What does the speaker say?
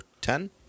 ten